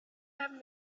have